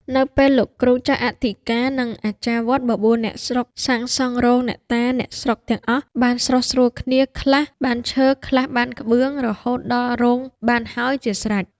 នៅពេលលោកគ្រូចៅអធិការ និងអាចារ្យវត្តបបួលអ្នកស្រុកសាងសង់រោងអ្នកតាអ្នកស្រុកទាំងអស់បានស្រុះស្រួលគ្នាខ្លះបានឈើ ខ្លះបានក្បឿង រហូតដល់រោងបានហើយជាស្រេច ។